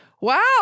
wow